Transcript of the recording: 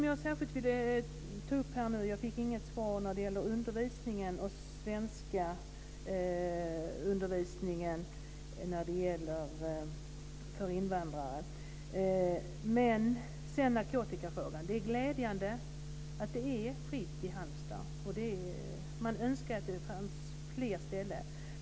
Jag vill framhålla att jag inte fick något svar på frågan om svenskundervisningen för invandrare. Vad gäller narkotikafrågan är det glädjande att det är narkotikafritt i Halmstad. Jag skulle önska att fanns flera sådana ställen.